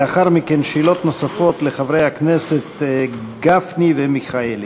לאחר מכן, שאלות נוספות לחברי הכנסת גפני ומיכאלי.